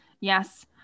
yes